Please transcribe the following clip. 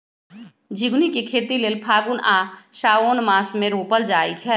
झिगुनी के खेती लेल फागुन आ साओंन मासमे रोपल जाइ छै